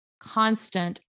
constant